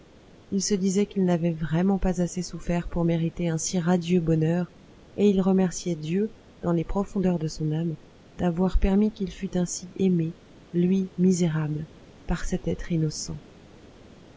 il se disait qu'il n'avait vraiment pas assez souffert pour mériter un si radieux bonheur et il remerciait dieu dans les profondeurs de son âme d'avoir permis qu'il fût ainsi aimé lui misérable par cet être innocent